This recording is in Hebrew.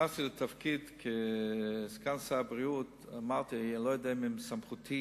כשנכנסתי לתפקיד כסגן שר הבריאות אמרתי: אני לא יודע אם זה מסמכותי